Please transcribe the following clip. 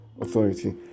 authority